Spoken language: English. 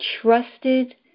trusted